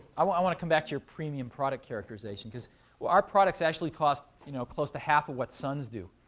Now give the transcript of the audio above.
i want i want to come back to your premium product characterization, because our products actually cost you know close to half of what sun's do.